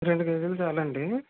రెండు కేజీలు చాలా అండి